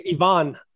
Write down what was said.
Ivan